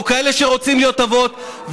כאלה שרוצים להיות אבות,